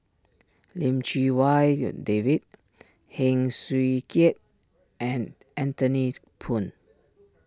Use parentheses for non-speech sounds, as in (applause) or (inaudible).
Lim Chee Wai (hesitation) David Heng Swee Keat and Anthony Poon